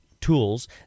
tools